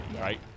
right